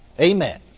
Amen